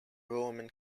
roman